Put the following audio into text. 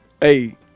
Hey